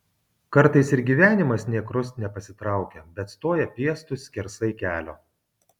kartais ir gyvenimas nė krust nepasitraukia bet stoja piestu skersai kelio